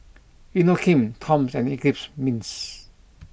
Inokim Toms and Eclipse Mints